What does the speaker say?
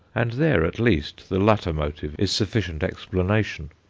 and there, at least, the latter motive is sufficient explanation.